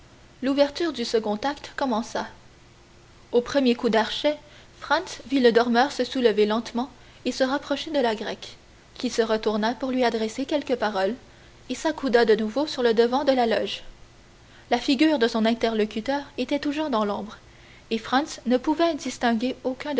l'ouverture du second acte commença aux premiers coups d'archet franz vit le dormeur se soulever lentement et se rapprocher de la grecque qui se retourna pour lui adresser quelques paroles et s'accouda de nouveau sur le devant de la loge la figure de son interlocuteur était toujours dans l'ombre et franz ne pouvait distinguer aucun de